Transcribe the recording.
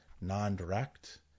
non-direct